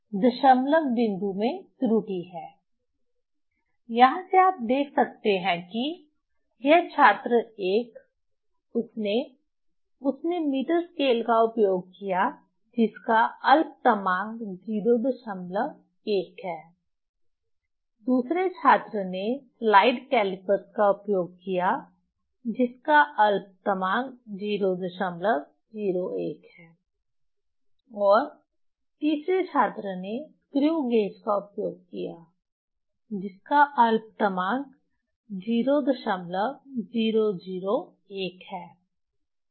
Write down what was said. दशमलव बिंदु में त्रुटि है यहाँ से आप देख सकते हैं कि यह छात्र 1 उसने उसने मीटर स्केल का उपयोग किया जिसका अल्पतमांक 01 है दूसरे छात्र ने स्लाइड कैलिपर्स का उपयोग किया जिसका अल्पतमांक 001 है और तीसरे छात्र ने स्क्रू गेज का उपयोग किया जिसका अल्पतमांक 0001 है सही